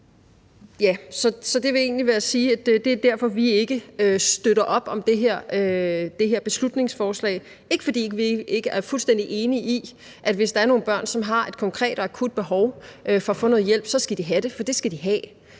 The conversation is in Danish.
det er egentlig det, jeg vil sige. Det er derfor, vi ikke støtter op om det her beslutningsforslag – ikke fordi vi ikke er fuldstændig enige i, at hvis der er nogle børn, som har et konkret og akut behov for at få noget hjælp, så skal de have hjælp, for det skal de have.